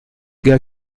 gars